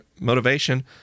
motivation